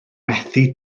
methu